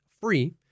free